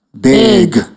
Big